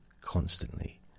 constantly